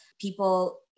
people